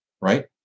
right